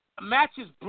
matches